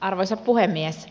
arvoisa puhemies